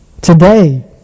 Today